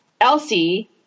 Elsie—